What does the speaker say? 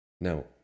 Now